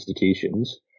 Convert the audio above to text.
institutions